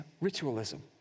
ritualism